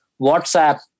WhatsApp